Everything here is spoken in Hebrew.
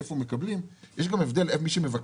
איפה מקבלים יש גם הבדל בין מי שמבקש,